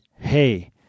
hey